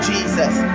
Jesus